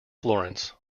florence